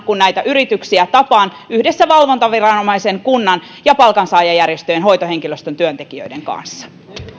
kun näitä yrityksiä tapaan yhdessä valvontaviranomaisen kunnan ja palkansaajajärjestöjen hoitohenkilöstön työntekijöiden kanssa